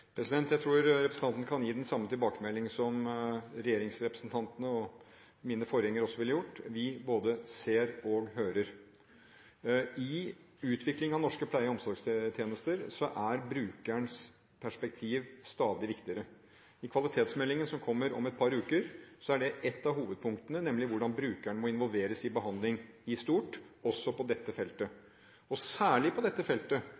Jeg tror representanten kan gi den samme tilbakemelding som regjeringens representanter og mine forgjengere også ville gjort: Vi både ser og hører. I utviklingen av norske pleie- og omsorgstjenester er brukerens perspektiv stadig viktigere. I kvalitetsmeldingen som kommer om et par uker, er det ett av hovedpunktene, nemlig hvordan brukeren må involveres i behandling i stort, også på dette feltet – og særlig på dette feltet,